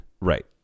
right